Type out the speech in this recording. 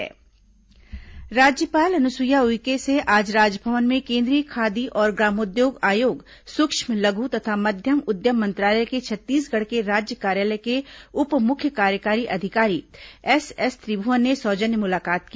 राज्यपाल मुलाकात राज्यपाल अनुसुईया उइके से आज राजभवन में केंद्रीय खादी और ग्रामोद्योग आयोग सूक्ष्म लघु तथा मध्यम उद्यम मंत्रालय के छत्तीसगढ़ के राज्य कार्यालय के उप मुख्य कार्यकारी अधिकारी एसएस त्रिभुवन ने सौजन्य मुलाकात की